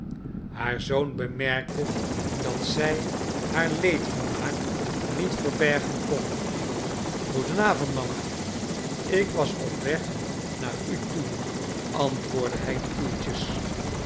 haar zoon bemerkte dat zij haar leedvermaak niet verbergen kon goeden avond mama ik was op weg naar u toe antwoordde hij koeltjes